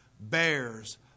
Bears